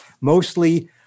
mostly